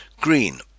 Green